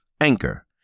Anchor